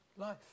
life